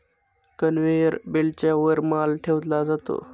conveyor बेल्टच्या वर माल ठेवला जातो